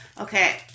Okay